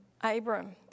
Abram